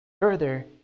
Further